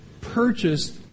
purchased